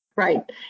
Right